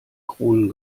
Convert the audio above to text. kronen